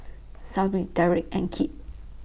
Syble Dereck and Kipp